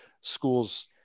schools